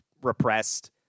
Repressed